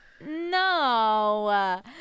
no